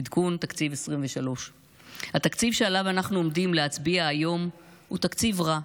עדכון תקציב 2023. התקציב שעליו אנחנו עומדים להצביע היום הוא תקציב רע,